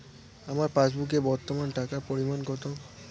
আমার পাসবুকে বর্তমান টাকার পরিমাণ কত?